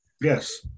Yes